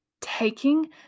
taking